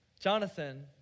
Jonathan